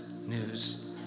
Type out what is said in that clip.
news